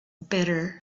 bitter